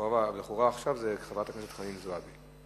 לכאורה עכשיו זו חברת הכנסת חנין זועבי.